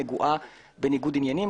הנציגות יכולה להיות נגועה בניגוד עניינים,